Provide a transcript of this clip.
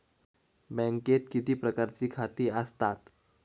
बँकेत किती प्रकारची खाती आसतात?